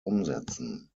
umsetzen